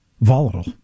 volatile